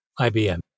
IBM